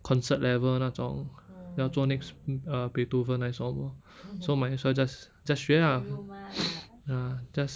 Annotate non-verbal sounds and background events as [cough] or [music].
concert level 那种要做 next uh beethoven 还是什么 so might as well just just 学 ah [noise] ya just